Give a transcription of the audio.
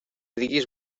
diguis